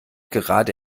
gerade